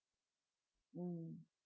mm